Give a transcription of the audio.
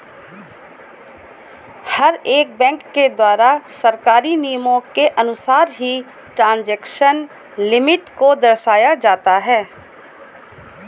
हर एक बैंक के द्वारा सरकारी नियमों के अनुसार ही ट्रांजेक्शन लिमिट को दर्शाया जाता है